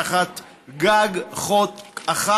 תחת גג חוק אחד.